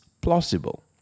plausible